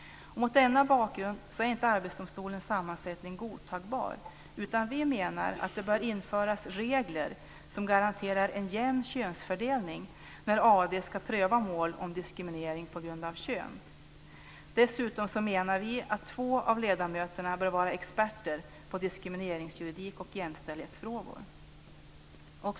Mot denna bakgrund är inte Arbetsdomstolens sammansättning godtagbar. Vi menar att det bör införas regler som garanterar en jämn könsfördelning när AD ska pröva mål om diskriminering på grund av kön. Dessutom menar vi att två av ledamöterna bör vara experter på diskrimineringsjuridik och jämställdhetsfrågor.